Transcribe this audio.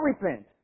repent